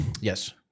Yes